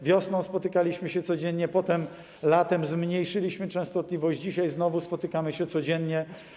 Wiosną spotykaliśmy się codziennie, potem latem zmniejszyliśmy częstotliwość, dzisiaj znowu spotykamy się codziennie.